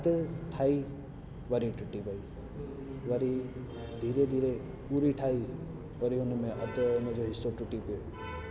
अधु ठाही वरी टुटी पई वरी धीरे धीरे पूरी ठाही वरी उन में अधु उन जो हिसो टुटी पियो